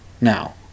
now